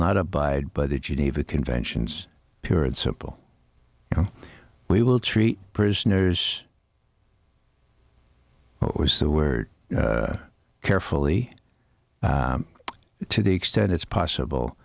not abide by the geneva conventions pure and simple we will treat prisoners was the word carefully to the extent it's possible